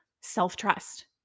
self-trust